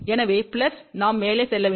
எனவே பிளஸ் நாம் மேலே செல்ல வேண்டும்